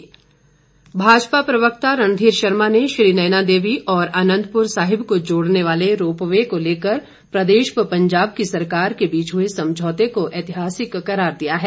रणघीर शर्मा भाजपा प्रवक्ता रणधीर शर्मा ने श्री नैना देवी और आनंदपुर साहिब को जोड़ने वाले रोपवे को लेकर प्रदेश व पंजाब की सरकार के बीच हुए समझौते को ऐतिहासिक करार दिया है